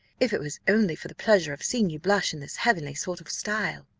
if it was only for the pleasure of seeing you blush in this heavenly sort of style.